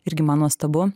irgi man nuostabu